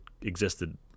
existed